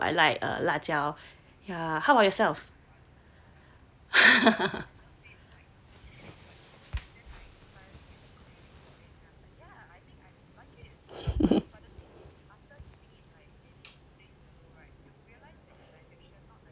yeah how about yourself